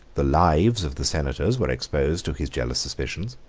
the lives of the senators were exposed to his jealous suspicions,